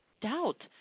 doubt